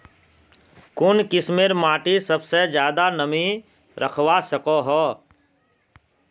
कुन किस्मेर माटी सबसे ज्यादा नमी रखवा सको हो?